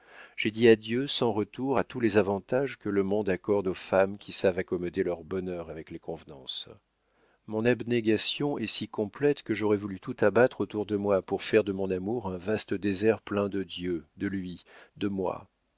j'ai dit adieu sans retour à tous les avantages que le monde accorde aux femmes qui savent accommoder leur bonheur avec les convenances mon abnégation est si complète que j'aurais voulu tout abattre autour de moi pour faire de mon amour un vaste désert plein de dieu de lui et de moi